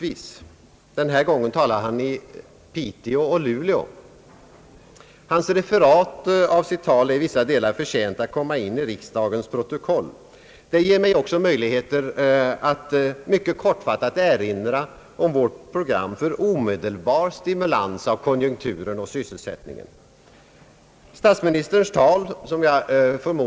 Denna gång talade han i Piteå och Luleå. Hans referat av sitt tal är i vissa delar förtjänt att tas in i riksdagens protokoll. Det ger mig också möjligheter att mycket kortfattat erinra om vårt program för omedelbar stimulans av konjunkturen och sysselsättningen.